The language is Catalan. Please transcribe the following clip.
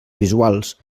visuals